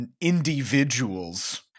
individuals